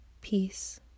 peace